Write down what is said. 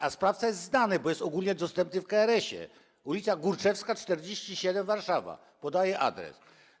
A sprawca jest znany, bo jest ogólnie dostępny w KRS, ul. Górczewska 47, Warszawa - podaję adres.